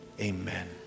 Amen